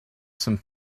some